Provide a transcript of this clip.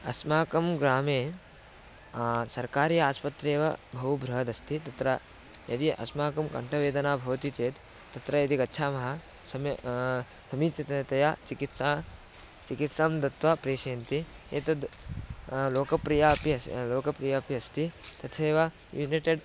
अस्माकं ग्रामे सर्वकारीयः आस्पत्रे एव बहु बृहदस्ति तत्र यदि अस्माकं कण्ठवेदना भवति चेत् तत्र यदि गच्छामः सम्यक् समीचीनतया चिकित्सां चिकित्सां दत्वा प्रेषयन्ति एतद् लोकप्रियम् अपि अस्ति लोकप्रियम् अपि अस्ति तथैव युनिटेड्